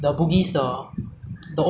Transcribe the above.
like before the big street bugis street there